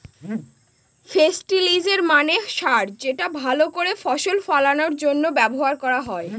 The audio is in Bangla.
ফেস্টিলিজের মানে সার যেটা ভাল করে ফসল ফলানোর জন্য ব্যবহার করা হয়